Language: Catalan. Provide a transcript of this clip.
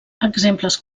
exemples